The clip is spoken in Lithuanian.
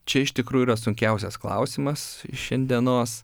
čia iš tikrųjų yra sunkiausias klausimas šiandienos